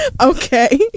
Okay